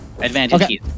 Advantage